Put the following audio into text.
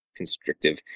constrictive